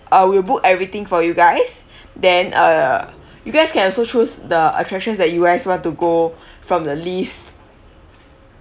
I will book everything for you guys then uh you guys can also choose the attractions that you guys want to go from the list